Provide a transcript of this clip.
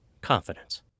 confidence